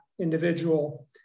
individual